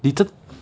你这